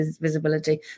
Visibility